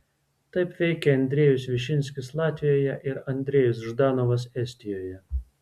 taip veikė andrejus višinskis latvijoje ir andrejus ždanovas estijoje